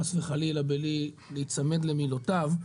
חס וחלילה בלי להיצמד למילותיו,